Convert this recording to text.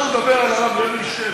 ביטן, עכשיו לדבר על הרב לוינשטיין?